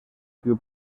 piu